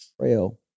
trail